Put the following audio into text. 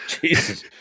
Jesus